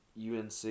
UNC